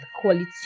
quality